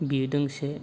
बियो दोंसे